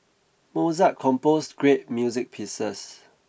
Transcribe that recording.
Mozart composed great music pieces